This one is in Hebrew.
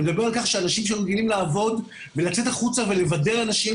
אני מדבר על כך שאנשים שהיו רגילים לעבוד ולצאת החוצה ולבדר אנשים